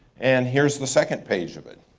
and here's the second page of it.